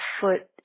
foot